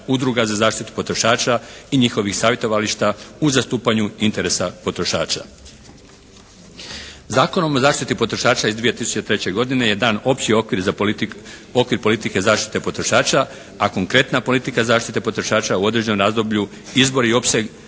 udruga za zaštitu potrošača i njihovih savjetovališta u zastupanju interesa potrošača. Zakonom o zaštiti potrošača iz 2003. godine je dan opći okvir politike zaštite potrošača, a konkretna politika zaštite potrošača u određenom razdoblju izbor i opseg